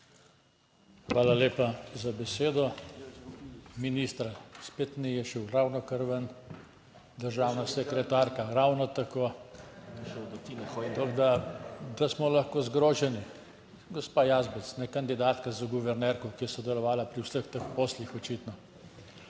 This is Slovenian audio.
Hvala lepa za besedo. Ministra spet ni, je šel ravnokar ven, državna sekretarka ravno tako. Tako, da smo lahko zgroženi. Gospa Jazbec, kandidatka za guvernerko, ki je sodelovala pri vseh teh poslih očitno.